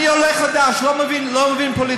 אני עולה חדש, לא מבין פוליטיקה.